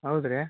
ಹೌದ್ರಾ